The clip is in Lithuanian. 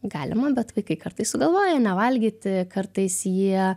galima bet vaikai kartais sugalvoja nevalgyti kartais jie